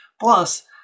Plus